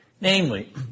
Namely